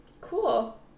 Cool